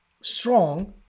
strong